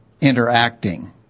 interacting